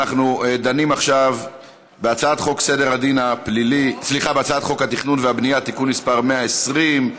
אנחנו דנים עכשיו בהצעת חוק התכנון והבנייה (תיקון מס' 120),